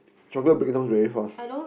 chocolate break down very fast